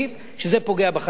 שזה פוגע בחלשים,